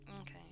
okay